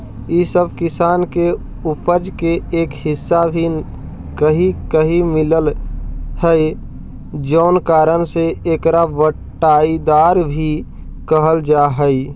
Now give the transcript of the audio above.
इ सब किसान के उपज के एक हिस्सा भी कहीं कहीं मिलऽ हइ जउन कारण से एकरा बँटाईदार भी कहल जा हइ